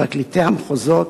פרקליטי המחוזות,